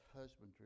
husbandry